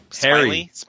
Harry